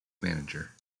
manager